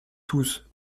tous